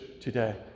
today